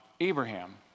Abraham